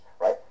right